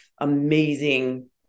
amazing